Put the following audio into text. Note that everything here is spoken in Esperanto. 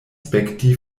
spekti